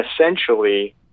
essentially